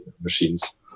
machines